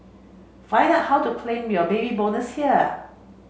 find out how to claim your Baby Bonus here